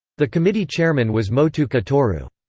the committee chairman was motooka toru.